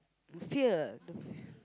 fear the